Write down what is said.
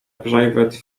private